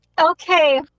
Okay